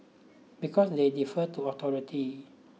because they defer to authority